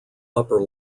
upper